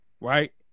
Right